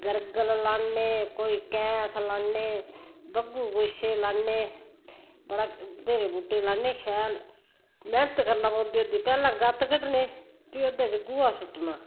गरगल लान्ने कोई कैंथ लान्ने बग्गु गोछे लान्ने बड़ा बत्हेरे बूह्टे लान्ने शैल मैह्नत करना पौंदी ओह्दी पैह्लैं गत्त कड्ढने फ्ही ओह्दै च गोहा सुट्टना